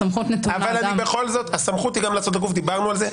הסמכות לעשות גם לגוף, דיברנו על זה.